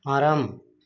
மரம்